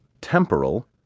temporal